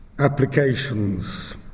applications